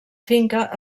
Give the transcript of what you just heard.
finca